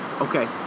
Okay